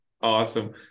Awesome